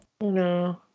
No